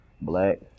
black